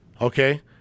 Okay